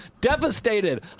devastated